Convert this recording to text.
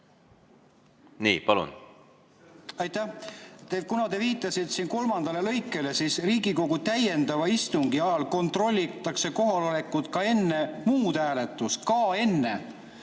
Nii, palun! Aitäh! Kuna te viitasite siin kolmandale lõikele, siis Riigikogu täiendava istungi ajal kontrollitakse kohalolekut ka enne muud hääletust. Ka enne!